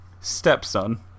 Stepson